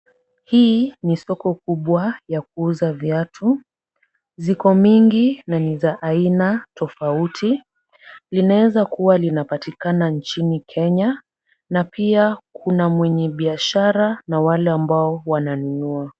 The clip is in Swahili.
Hii ni soko kubwa ya kuuza viatu. Ziko mingi na ni za aina tofauti. Linaezakuwa linapatikana nchini Kenya na pia kuna mwenye biashara na wale ambao wananunua.